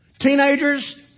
Teenagers